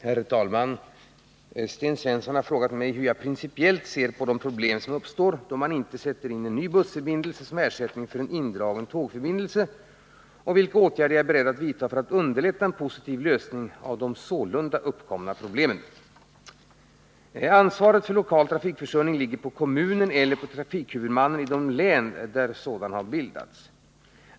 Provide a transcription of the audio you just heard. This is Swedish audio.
Herr talman! Sten Svensson har frågat mig hur jag principiellt ser på de problem som uppstår då man icke insätter en ny bussförbindelse som ersättning för en indragen tågförbindelse och vilka åtgärder jag är beredd att vidta för att underlätta en positiv lösning av de sålunda uppkomna problemen. Ansvaret för lokal trafikförsörjning ligger på kommunen eller på trafikhuvudmannen i de län där sådan finns.